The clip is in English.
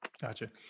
Gotcha